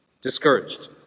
Discouraged